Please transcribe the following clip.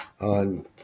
on